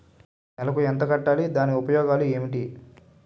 నెలకు ఎంత కట్టాలి? దాని ఉపయోగాలు ఏమిటి?